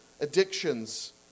addictions